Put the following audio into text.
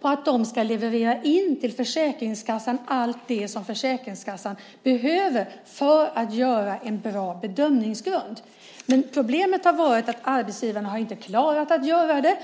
på att arbetsgivarna till Försäkringskassan ska leverera allt som Försäkringskassan behöver för en bra bedömningsgrund. Problemet har varit att arbetsgivarna inte har klarat att göra det.